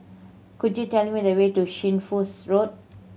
could you tell me the way to Shunfu's Road